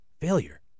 failure